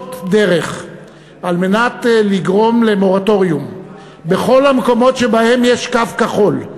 לראות דרך לגרום למורטוריום בכל המקומות שבהם יש קו כחול,